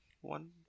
One